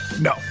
no